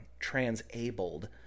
transabled